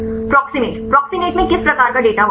proximate प्रोक्सिमते में किस प्रकार का डेटा होता है